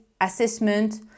assessment